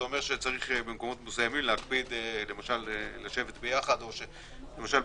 זה אומר שצריך במקומות מסוימים צריך להקפיד לשבת ביחד למשל,